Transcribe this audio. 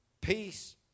Peace